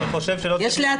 אני חושב שלא